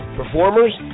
performers